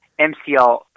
MCL